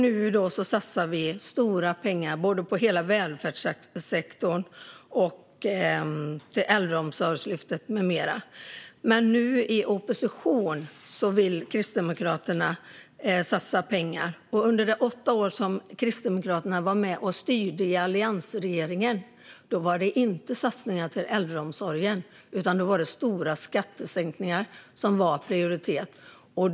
Nu satsar vi stora pengar på hela välfärdssektorn och till Äldreomsorgslyftet med mera. Men nu i opposition vill Kristdemokraterna satsa pengar. Under de åtta år som Kristdemokraterna var med och styrde i alliansregeringen blev det inte satsningar på äldreomsorgen utan i stället var det stora skattesänkningar som gavs prioritet.